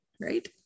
right